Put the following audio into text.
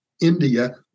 India